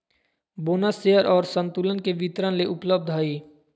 bonus share और संतुलन के वितरण ले उपलब्ध हइ